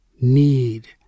need